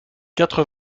quatre